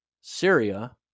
Syria